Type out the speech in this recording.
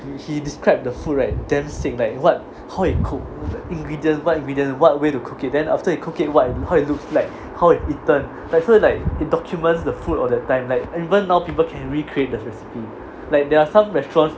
he described the food right damn sick like what how he cook ingredients what ingredients what way to cook it then after you cook it what how it looks like how it's eaten like so it's like it documents the food all the time like even now people can recreate the recipe like there are some restaurants